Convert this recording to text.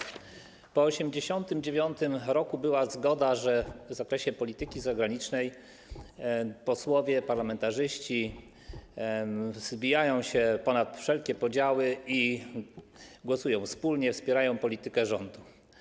Po 1989 r. była zgoda, że w zakresie polityki zagranicznej posłowie, parlamentarzyści wzbijają się ponad wszelkie podziały i głosują wspólnie, wspierają politykę rządu.